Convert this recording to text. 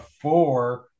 four